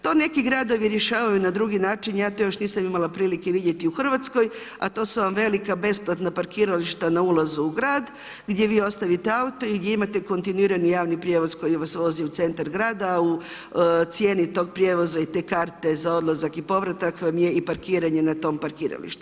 To neki gradovi rješavaju na drugi način, ja to još nisam imala prilike vidjeti u Hrvatskoj, a to su vam velika besplatna parkirališta na ulazu u grad gdje vi ostavite auto i imate kontinuirani javni prijevoz koji vas vozi u centar grada, u cijeni tog prijevoza i te karte za odlazak i povratak vam je i parkiranje na tom parkiralištu.